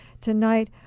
tonight